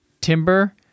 Timber